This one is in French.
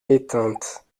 éteinte